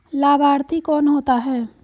लाभार्थी कौन होता है?